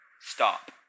Stop